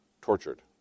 Tortured